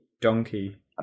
Donkey